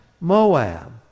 Moab